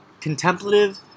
contemplative